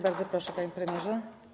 Bardzo proszę, panie premierze.